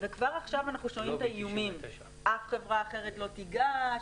כבר עכשיו אנחנו שומעים את האיומים: אף חברה אחרת לא תיגש,